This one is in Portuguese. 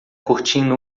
curtindo